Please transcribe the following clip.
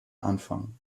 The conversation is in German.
anfang